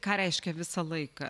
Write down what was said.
ką reiškia visą laiką